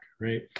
right